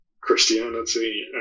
Christianity